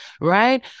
right